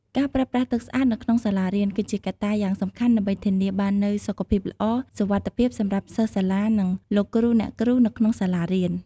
ការប្រើប្រាស់ទឹកសា្អតនៅក្នុងសាលារៀនគឺជាកត្តាយ៉ាងសំខាន់ដើម្បីធានាបាននូវសុខភាពល្អ សុវត្ថិភាពសម្រាប់សិស្សសាលានិងលោកគ្រូអ្នកគ្រូនៅក្នុងសាលារៀន។